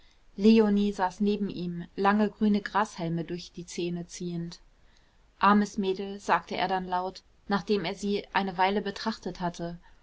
leonie saß neben ihm lange grüne grashalme durch die zähne ziehend armes mädel sagte er dann laut nachdem er sie eine weile betrachtet hatte